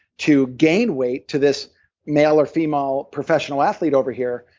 to gain weight, to this male or female professional athlete over here,